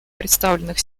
представленных